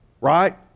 right